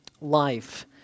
life